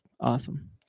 awesome